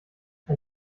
ein